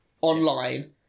online